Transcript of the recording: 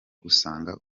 gusanga